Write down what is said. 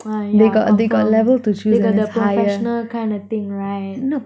ah yeah confirm it's like the professional kind of thing right